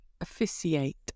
officiate